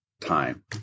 time